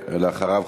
ואחריו,